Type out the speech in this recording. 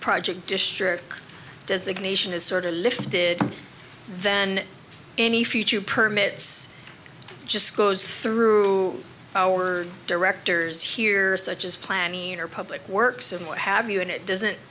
project district designation is sorta lifted then any future permits just goes through our directors here such as planned or public works and what have you and it doesn't